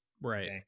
Right